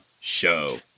show